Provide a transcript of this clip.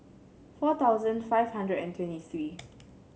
four thousand five hundred and twenty three